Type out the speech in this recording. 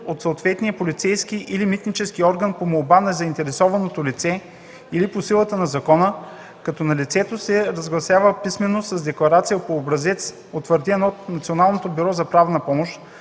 от съответния полицейски или митнически орган по молба на заинтересованото лице, или по силата на закона, като на лицето се разяснява писмено с декларация по образец, утвърден от Националното бюро за правна помощ,